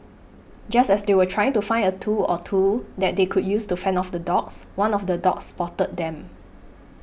just as they were trying to find a tool or two that they could use to fend off the dogs one of the dogs spotted them